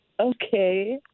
Okay